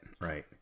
right